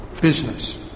business